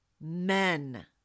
men